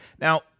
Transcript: Now